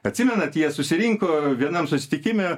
atsimenat jie susirinko vienam susitikime